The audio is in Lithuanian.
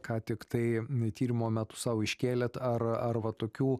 ką tiktai mi tyrimo metu sau iškėlėt ar ar va tokių